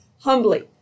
humbly